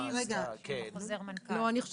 כן, מדובר בשני מבחנים.